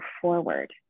forward